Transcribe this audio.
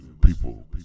people